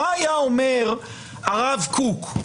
מה היה אומר הרב קוק?